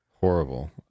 Horrible